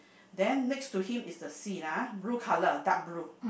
then next to him is the sea lah blue colour dark blue